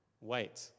Wait